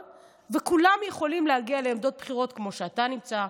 כולם יכולים להגיע לעמדות בכירות כמו שאתה נמצא,